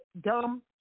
dumb